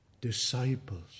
disciples